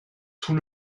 tout